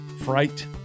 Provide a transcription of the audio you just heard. fright